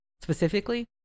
specifically